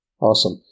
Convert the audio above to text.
Awesome